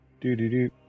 Do-do-do